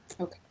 Okay